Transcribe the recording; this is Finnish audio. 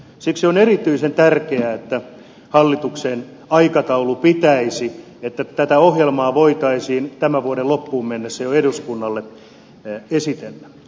siksi on erityisen tärkeää että hallituksen aikataulu pitäisi että tätä ohjelmaa voitaisiin tämän vuoden loppuun mennessä jo eduskunnalle esitellä